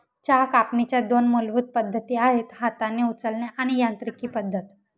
चहा कापणीच्या दोन मूलभूत पद्धती आहेत हाताने उचलणे आणि यांत्रिकी पद्धत